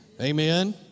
Amen